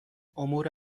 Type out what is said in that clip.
امور